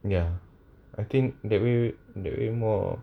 ya I think that way that way more